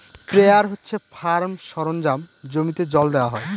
sprayer হচ্ছে farm সরঞ্জাম জমিতে জল দেওয়া হয়